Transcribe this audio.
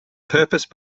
purpose